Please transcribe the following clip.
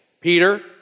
Peter